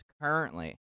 currently